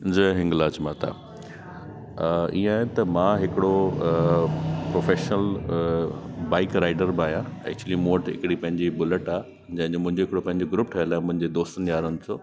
जय हिंगलाज माता इए आए त मां हिकरो प्रोफेशनल बाइक राइडर बि आयां मुंजी मूं वटि पैंजी बुलेट आ जैंजे मुंजे हिकरो पैंजो ग्रूप ठयल आ मुंजे दोस्तनि यारनि सां